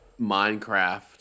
Minecraft